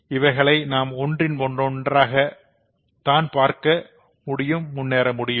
இவைகளை நாம் ஒன்றின் பின் ஒன்றாக தான் முன்னேற முடியும்